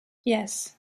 yes